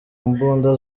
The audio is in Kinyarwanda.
mbunda